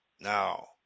now